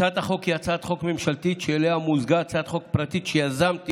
הצעת החוק היא הצעת חוק ממשלתית שאליה מוזגה הצעת חוק פרטית שיזמתי